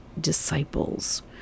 disciples